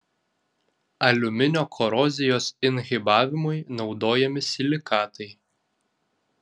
aliuminio korozijos inhibavimui naudojami silikatai